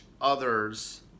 others